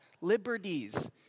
Liberties